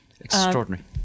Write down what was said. Extraordinary